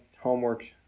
homework